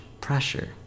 pressure